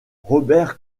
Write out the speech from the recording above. robert